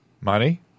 Money